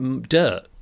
dirt